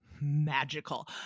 magical